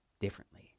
differently